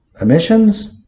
emissions